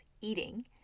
eating